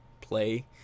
play